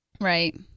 Right